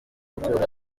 gukura